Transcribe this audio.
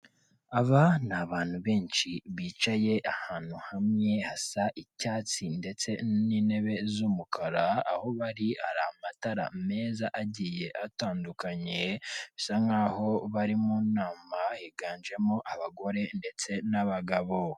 Aba ni abantu benshi bicaye ahantu hamwe hasa icyatsi ndetse n'intebe z'umukara, aho bari amatara meza agiye atandukanye, bisa nkaho bari mu nama, higanjemo abagore ndetse n'abagabo.